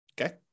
okay